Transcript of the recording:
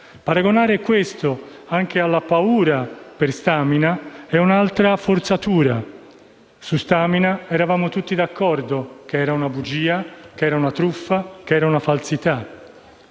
Paragonare questo anche alla paura per Stamina è un'altra forzatura: su Stamina eravamo tutti d'accordo che fosse una bugia, una truffa, una falsità;